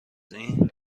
این